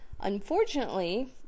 unfortunately